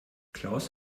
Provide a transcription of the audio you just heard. klaus